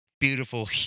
beautiful